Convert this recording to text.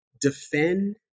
defend